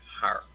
heart